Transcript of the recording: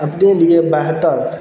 اپنے لیے بہتر